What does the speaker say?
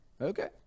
okay